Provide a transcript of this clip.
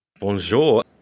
Bonjour